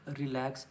relax